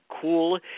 cool